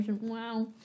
Wow